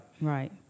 Right